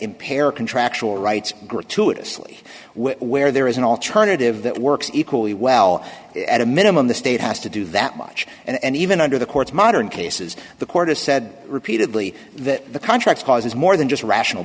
impair contractual rights group to it asli where there is an alternative that works equally well at a minimum the state has to do that much and even under the court's modern cases the court has said repeatedly that the contract causes more than just rational